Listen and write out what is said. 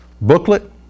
booklet